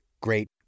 great